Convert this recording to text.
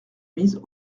mise